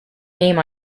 name